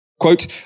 quote